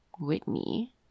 Whitney